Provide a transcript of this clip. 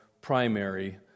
primary